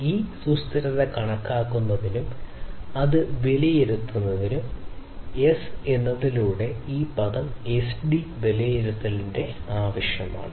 ഈ സുസ്ഥിരത കണക്കാക്കുന്നതിനും അത് വിലയിരുത്തുന്നതിനും എസ് എന്നതിലൂടെ ഈ പദം എസ്ഡി വിലയിരുത്തേണ്ടത് ആവശ്യമാണ്